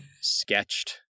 sketched